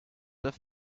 have